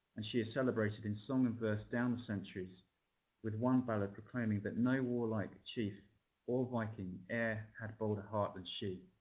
and she is celebrated in song and verse down the centuries with one ballad proclaiming that no warlike chief or viking e'er had bolder heart than and she.